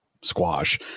squash